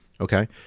Okay